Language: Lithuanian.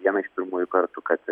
vieną iš pirmųjų kartų kad